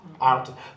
out